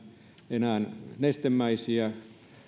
enää nestemäisiä